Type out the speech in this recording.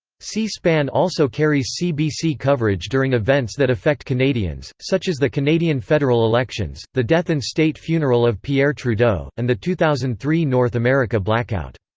c-span also carries cbc coverage during events that affect canadians, such as the canadian federal elections, the death and state funeral of pierre trudeau, and the two thousand and three north america blackout.